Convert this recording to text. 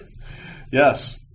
Yes